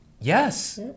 Yes